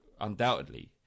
undoubtedly